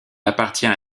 appartient